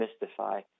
mystify